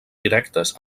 directes